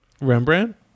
Rembrandt